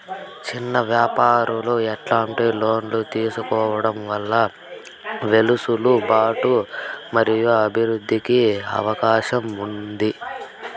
చిన్న వ్యాపారాలు ఎట్లాంటి లోన్లు తీసుకోవడం వల్ల వెసులుబాటు మరియు అభివృద్ధి కి అవకాశం ఉంది?